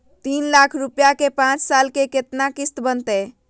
तीन लाख रुपया के पाँच साल के केतना किस्त बनतै?